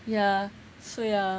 ya so ya